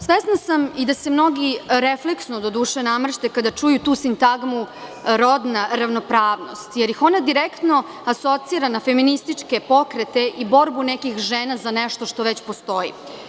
Svesna sam i da se mnogi, refleksno doduše, namršte kada čuju tu sintagmu – rodna ravnopravnost, jer ih ona direktno asocira na feminističke pokrete i borbu nekih žena za nešto što već postoji.